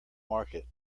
market